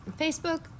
facebook